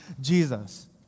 Jesus